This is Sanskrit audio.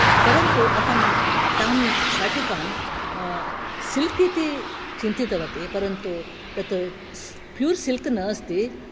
परन्तु अहं तां शाटिकां सिल्क् इति चिन्तितवती परन्तु तत् प्यूर् सिल्क् नास्ति